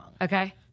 Okay